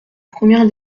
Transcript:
première